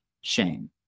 shame